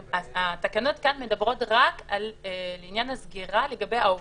התקנות כאן מדברות רק לעניין הסגירה לגבי העובדים.